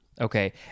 Okay